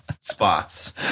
spots